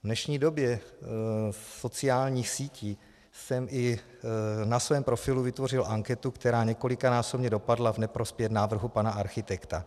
V dnešní době sociálních sítí jsem i na svém profilu vytvořil anketu, která několikanásobně dopadla v neprospěch návrhu pana architekta.